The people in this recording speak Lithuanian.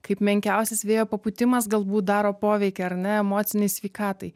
kaip menkiausias vėjo papūtimas galbūt daro poveikį ar ne emocinei sveikatai